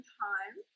time